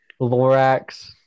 Lorax